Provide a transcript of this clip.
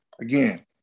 again